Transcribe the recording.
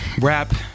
rap